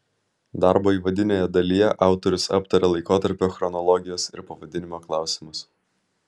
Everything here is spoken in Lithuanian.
darbo įvadinėje dalyje autorius aptaria laikotarpio chronologijos ir pavadinimo klausimus